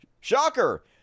shocker